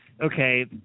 Okay